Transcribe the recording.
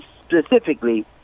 specifically